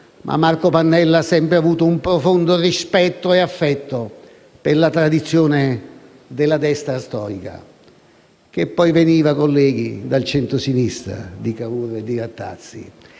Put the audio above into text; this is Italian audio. Marco Pannella ha sempre avuto un profondo rispetto e affetto per la tradizione della destra storica, che poi veniva, colleghi, dal centro-sinistra di Cavour e Rattazzi.